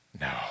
No